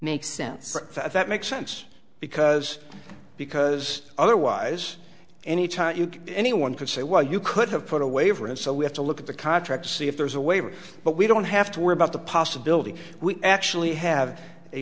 makes sense that makes sense because because otherwise any time you can anyone could say well you could have put a waiver in so we have to look at the contract to see if there's a waiver but we don't have to worry about the possibility we actually have a